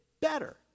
better